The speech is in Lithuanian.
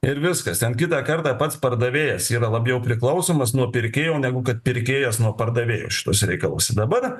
ir viskas ten kitą kartą pats pardavėjas yra labiau priklausomas nuo pirkėjų negu kad pirkėjas nuo pardavėjo šituose reikaluose dabar